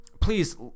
Please